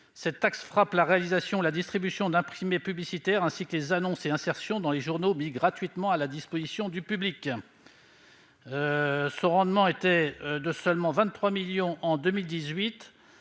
Cette taxe frappe la réalisation ou la distribution d'imprimés publicitaires ainsi que les annonces et insertions dans les journaux mis gratuitement à disposition du public. Le rendement de cette taxe ayant atteint